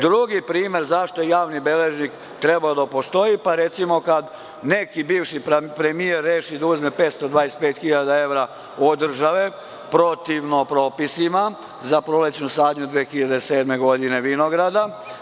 Drugi primer zašto je javni beležnik trebao da postoji jeste kada neki bivši premijer reši da uzme 525.000 evra od države protivno propisima za prolećnu sadnju 2007. godine vinograda.